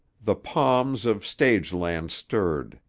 the palms of stage-land stirred,